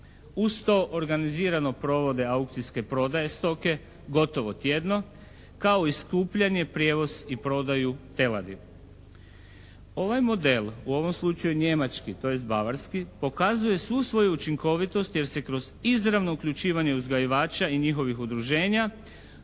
Uz to organizirano provode aukcijske prodaje stoke gotovo tjedno kao i skupljanje, prijevoz i prodaju teladi. Ovaj model u ovom slučaju njemački, tj. bavarski, pokazuje svu svoju učinkovitost jer se kroz izravno uključivanje uzgajivača i njihovih udruženja